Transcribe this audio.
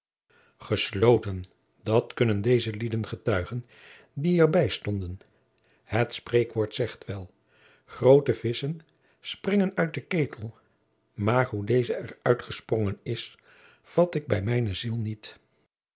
gesloten dat kunnen deze lieden getuigen die er bij stonden het spreekwoord zegt wel groote visschen springen uit de ketel maar hoe deze er uit gesprongen is vat ik bij mijne ziel niet